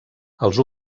els